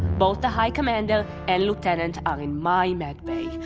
both the high commander and lieutenant are in my med bay,